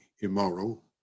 immoral